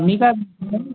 मी काय बोलतो आहे